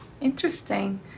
Interesting